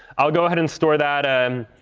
i'll go ahead and store that. and